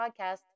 podcast